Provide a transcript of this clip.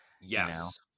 Yes